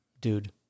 dude